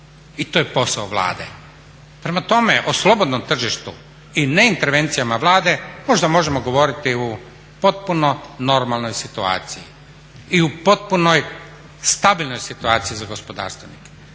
i to je posao Vlade. Prema tome, o slobodnom tržištu i neintervencijama Vlade možda možemo govoriti u potpuno normalnoj situaciji i u potpunoj stabilnoj situaciji za gospodarstvenike,